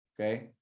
Okay